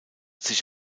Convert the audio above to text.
sich